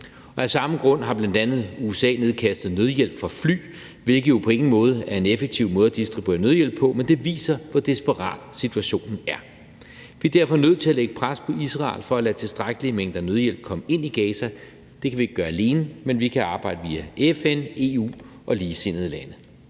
Af samme grund har bl.a. USA nedkastet nødhjælp fra fly, hvilket jo på ingen måde er en effektiv måde at distribuere nødhjælp på, men det viser, hvor desperat situationen er. Vi er derfor nødt til at lægge pres på Israel for at lade tilstrækkelige mængder nødhjælp komme ind i Gaza Det kan vi ikke gøre alene, men vi kan arbejde via FN, EU og ligesindede lande